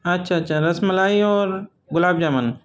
اچھا اچھا رس ملائی اور گلاب جامن